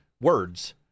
words